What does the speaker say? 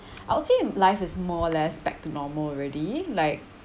I would say um life is more or less back to normal already like